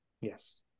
Yes